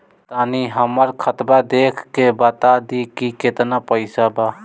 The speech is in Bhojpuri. तनी हमर खतबा देख के बता दी की केतना पैसा बा?